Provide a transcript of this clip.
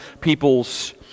people's